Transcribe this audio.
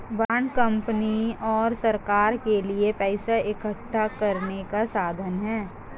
bond company और सरकार के लिए पैसा इकठ्ठा करने का साधन है